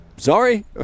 sorry